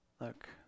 look